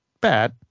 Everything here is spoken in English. bad